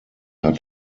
hat